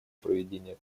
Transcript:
проведения